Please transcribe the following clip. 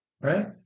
right